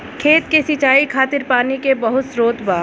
खेत के सिंचाई खातिर पानी के बहुत स्त्रोत बा